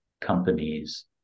companies